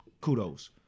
kudos